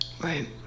Right